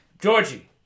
Georgie